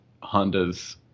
Honda's